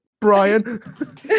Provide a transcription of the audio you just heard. Brian